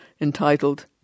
entitled